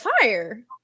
fire